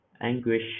anguish